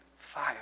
fire